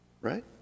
right